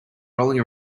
rolling